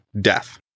death